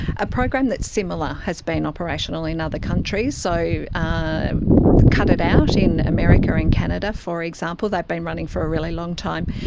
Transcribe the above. a program that's similar has been operational in other countries. so ah cut it out, in america and canada, for example, they've been running for a really long time.